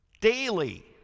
daily